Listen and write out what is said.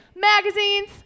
Magazines